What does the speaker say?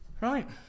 Right